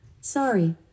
Sorry